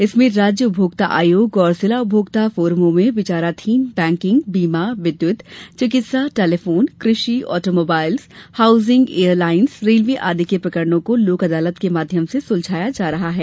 इसमें राज्य उपभोक्ता आयोग और जिला उपभोक्ता फोरमों में विचारधीन बैंकिंग बीमा विद्यूत चिकित्सा टेलीफोन कृषि आटोमोबाइल्स हाउसिंग एयरलाईन्स रेल्वे आदि के प्रकरणों को लोक अदालत के माध्यम से सुलझाया जा रहा है